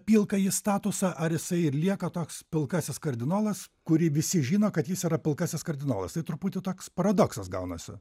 pilkąjį statusą ar jisai ir lieka toks pilkasis kardinolas kurį visi žino kad jis yra pilkasis kardinolas tai truputį toks paradoksas gaunasi